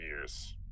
years